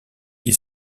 qui